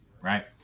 right